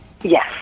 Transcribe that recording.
Yes